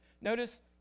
Notice